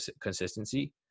consistency